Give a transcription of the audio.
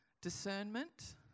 discernment